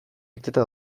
beteta